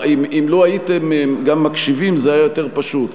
לו הייתם גם מקשיבים זה היה יותר פשוט.